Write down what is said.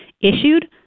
issued